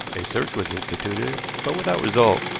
a search was instituted, but without result,